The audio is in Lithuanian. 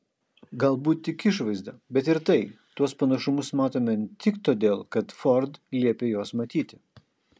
galbūt tik išvaizdą bet ir tai tuos panašumus matome tik todėl kad ford liepė juos matyti